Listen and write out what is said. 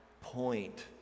point